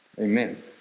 Amen